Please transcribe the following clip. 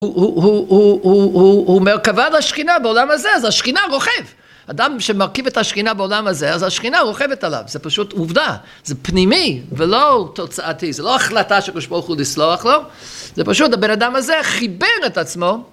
הוא מרכבה והשכינה בעולם הזה אז השכינה רוכב. אדם שמרכיב את השכינה בעולם הזה אז השכינה רוכבת עליו זה פשוט עובדה. זה פנימי ולא תוצאתי. זה לא החלטה של הקדוש ברוך הוא לסלוח לו זה פשוט הבן אדם הזה חיבר את עצמו